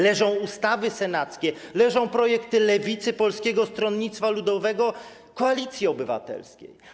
Leżą ustawy senackie, leżą projekty Lewicy, Polskiego Stronnictwa Ludowego i Koalicji Obywatelskiej.